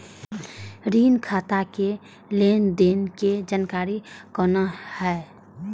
ऋण खाता के लेन देन के जानकारी कोना हैं?